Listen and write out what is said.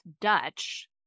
Dutch